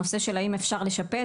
הנושא של האם אפשר לשפץ,